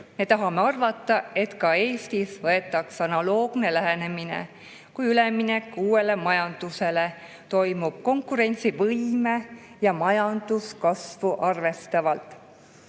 Me tahame arvata, et ka Eestis võetaks analoogne lähenemine, kui üleminek uuele majandusele toimub konkurentsivõimet ja majanduskasvu arvestavalt.